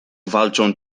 walczą